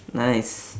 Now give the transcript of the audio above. nice